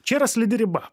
čia yra slidi riba